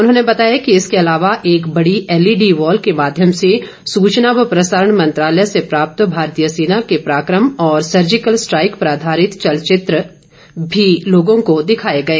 उन्होंने बताया कि इसके अलावा एक बड़ी एलईडी वॉल के माध्यम से सूचना व प्रसारण मंत्रालय से प्राप्त भारतीय सेना के पराकम और सर्जिकल स्ट्राईक पर आधारित चलचित्र एक बड़ी एलईडी वॉल के माध्यम से लोगों को दिखाए गए